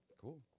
Cool